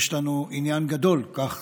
יש לנו עניין גדול, כך